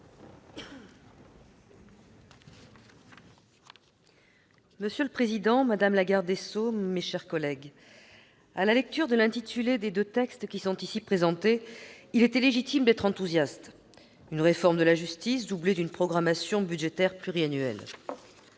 Monsieur le président, madame la garde des sceaux, mes chers collègues, à la lecture de l'intitulé des deux textes qui nous sont présentés, il était légitime d'être enthousiaste : une réforme de la justice, doublée d'une programmation budgétaire pluriannuelle